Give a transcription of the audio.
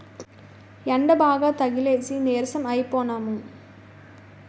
యెండబాగా తగిలేసి నీరసం అయిపోనము